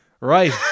Right